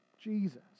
Jesus